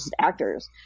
actors